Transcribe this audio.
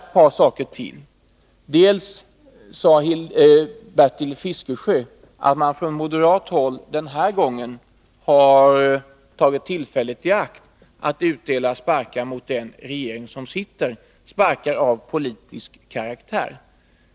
Bertil Fiskesjö sade att man från moderat håll den här gången har tagit tillfället i akt att utdela sparkar av politisk karaktär mot den regering som sitter.